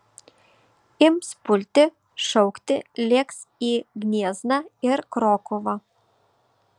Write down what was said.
ims pulti šaukti lėks į gniezną ir krokuvą